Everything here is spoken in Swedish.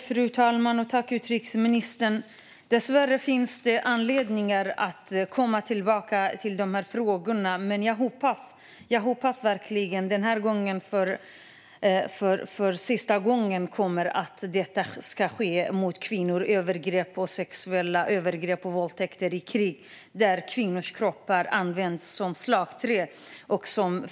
Fru talman! Tack, utrikesministern! Dessvärre finns det anledning att komma tillbaka till de här frågorna. Jag hoppas verkligen att det här är sista gången som våldtäkter och sexuella övergrepp begås mot kvinnor i krig där kvinnors kroppar används som slagträ.